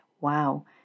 wow